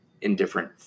indifferent